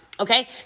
okay